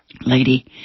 lady